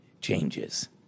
changes